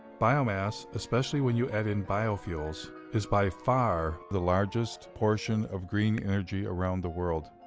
biomass, especially when you add in biofuels, is by far the largest portion of green energy around the world,